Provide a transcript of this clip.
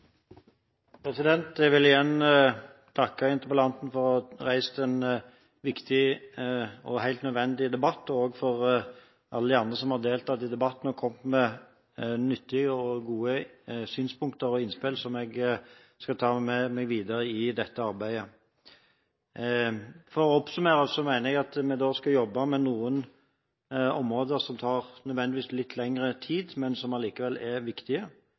Jeg vil igjen takke interpellanten for å ha reist en viktig og helt nødvendig debatt og også alle de andre som har deltatt i debatten med nyttige og gode synspunkter og innspill, som jeg skal ta med meg videre i dette arbeidet. For å oppsummere mener jeg at vi skal jobbe med noen områder som nødvendigvis tar litt lengre tid, men som allikevel er viktige.